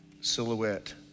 silhouette